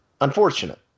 unfortunate